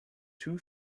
two